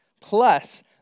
plus